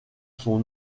son